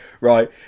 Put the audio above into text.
right